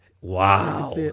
Wow